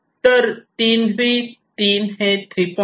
तर 3 व्ही 3 हे 3